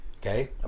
Okay